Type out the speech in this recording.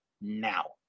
now